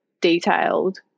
detailed